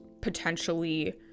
potentially